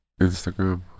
Instagram